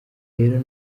rero